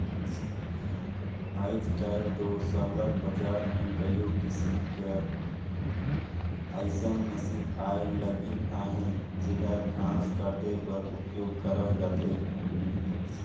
आएज काएल दो सरलग बजार में कइयो किसिम कर अइसन मसीन आए लगिन अहें जेहर घांस काटे बर उपियोग करल जाथे